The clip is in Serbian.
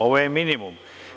Ovo je minimum.